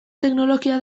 teknologia